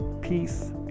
peace